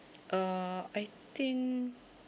uh I think